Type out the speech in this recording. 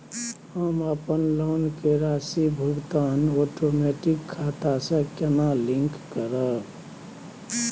हम अपन लोन के राशि भुगतान ओटोमेटिक खाता से केना लिंक करब?